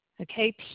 Okay